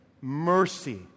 mercy